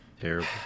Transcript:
Terrible